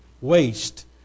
waste